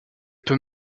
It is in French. peut